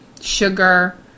sugar